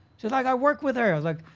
she's like, i worked with i was like,